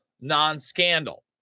non-scandal